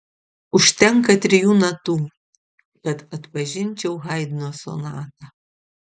užtenka trijų natų kad atpažinčiau haidno sonatą